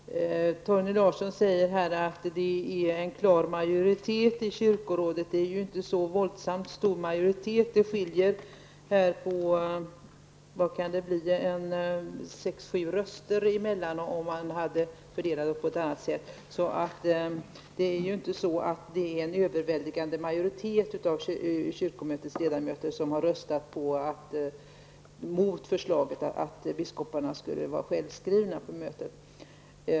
Herr talman! Torgny Larsson säger att det är fråga om en klar majoritet i kyrkorådet, men det är ju inte en så våldsamt stor majoritet. Om man fördelar rösterna på ett annat sätt skulle det skilja sex eller sju röster. Det är alltså inte någon överväldigande majoritet av kyrkomötets ledamöter som har röstat mot förslaget att biskoparna skulle vara självskrivna på mötet.